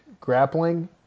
grappling